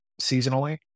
seasonally